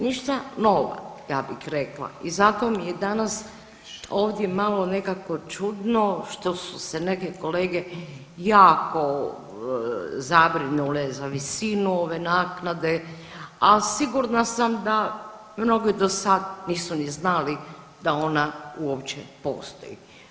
Ništa nova, ja bih rekla i zato mi je i danas ovdje malo nekako čudno što su se neke kolege jako zabrinule za visinu ove naknade, a sigurna sam da mnogi do sad nisu ni znali da ona uopće postoji.